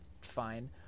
fine